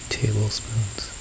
tablespoons